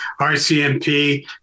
RCMP